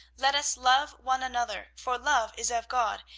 let us love one another for love is of god,